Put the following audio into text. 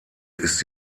ist